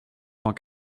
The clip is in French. cent